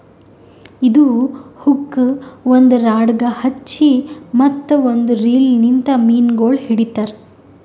ಇದು ಹುಕ್ ಒಂದ್ ರಾಡಗ್ ಹಚ್ಚಿ ಮತ್ತ ಒಂದ್ ರೀಲ್ ಲಿಂತ್ ಮೀನಗೊಳ್ ಹಿಡಿತಾರ್